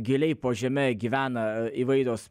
giliai po žeme gyvena įvairios